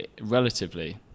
relatively